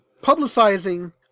publicizing